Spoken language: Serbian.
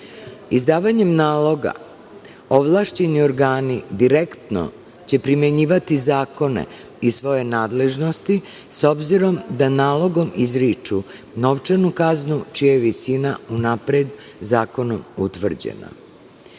organa. Izdavanjem naloga ovlašćeni organi direktno će primenjivati zakone iz svoje nadležnosti, s obzirom da nalogom izriču novčanu kaznu čija je visina napred zakonom utvrđena.